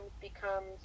becomes